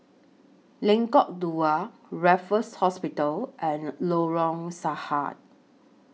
Lengkok Dua Raffles Hospital and Lorong Sahad